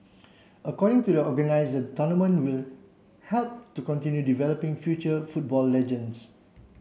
according to the organisers the tournament will help to continue developing future football legends